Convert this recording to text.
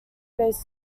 based